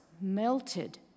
melted